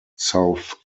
south